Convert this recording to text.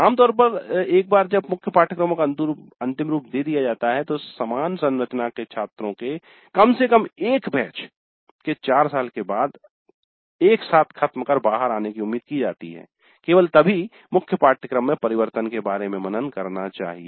आम तौर पर एक बार जब मुख्य पाठ्यक्रमों को अंतिम रूप दे दिया जाता है तो समान संरचना के छात्रों के कम से कम एक बैच के चार साल के बाद एक साथ ख़त्म बाहर आने की उम्मीद की जाती है केवल तभी मुख्य पाठ्यक्रम में परिवर्तन के बारे में मनन करना चाहिए